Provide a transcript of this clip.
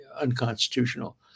unconstitutional